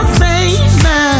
baby